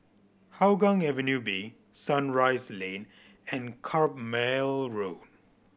Hougang Avenue B Sunrise Lane and Carpmael Road